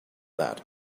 that